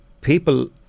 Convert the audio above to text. People